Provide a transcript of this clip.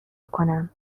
کنم